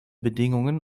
bedingungen